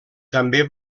també